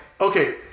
Okay